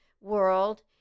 world